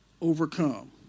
overcome